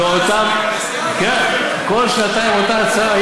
כל שנתיים אותה הצעה.